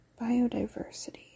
biodiversity